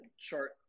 chart